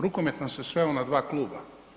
Rukomet nam se sveo na dva kluba.